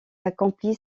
accomplit